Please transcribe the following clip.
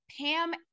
Pam